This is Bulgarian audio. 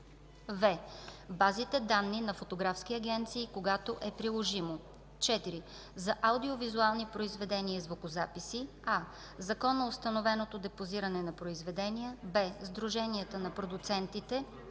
в) базите данни на фотографски агенции, когато е приложимо. 4. За аудио-визуални произведения и звукозаписи: а) законоустановено депозиране на произведения; б) сдруженията на продуцентите;